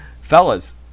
fellas